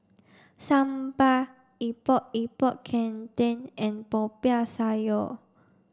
Sambal Epok Epok Kentang and Popiah Sayur